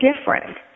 different